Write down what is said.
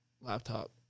laptop